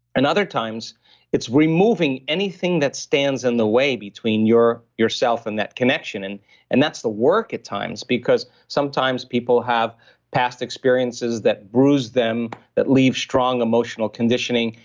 and other times it's removing anything that stands in the way between yourself and that connection and and that's the work at times because sometimes people have past experiences that bruise them. that leaves strong emotional conditioning.